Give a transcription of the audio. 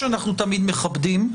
שאנחנו תמיד מכבדים,